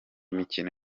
mikino